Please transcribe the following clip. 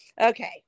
Okay